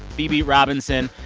phoebe robinson.